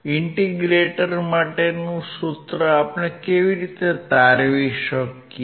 integrator માટેનું સૂત્ર આપણે કેવી રીતે તારવી શકીએ